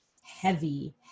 heavy